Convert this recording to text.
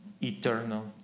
eternal